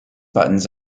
buttons